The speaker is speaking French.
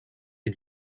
des